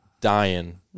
dying